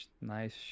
nice